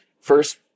First